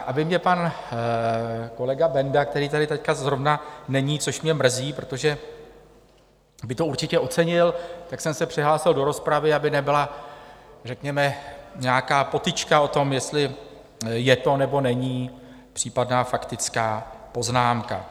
Aby mě pan kolega Benda, který tady teď zrovna není, což mě mrzí, protože by to určitě ocenil, tak jsem se přihlásil do rozpravy, aby nebyla řekněme nějaká potyčka o tom, jestli je to nebo není případná faktická poznámka.